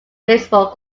baseball